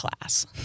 class